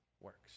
works